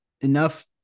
enough